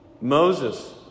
Moses